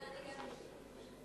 אתה יודע, אני גם משם.